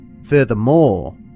Furthermore